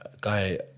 guy